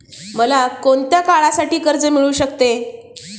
मला कोणत्या काळासाठी कर्ज मिळू शकते?